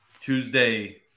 Tuesday